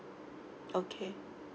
okay